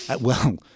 well-